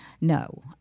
no